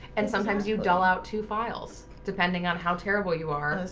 and sometimes you dull out two files depending on how terrible you are.